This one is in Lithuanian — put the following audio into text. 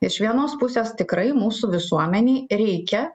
iš vienos pusės tikrai mūsų visuomenei reikia